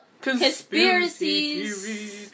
conspiracies